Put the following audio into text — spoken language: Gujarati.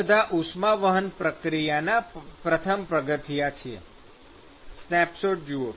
આ બધા ઉષ્માવહન પ્રક્રિયાના પ્રથમ પગથિયાં છે સ્નેપશૉટ જુઓ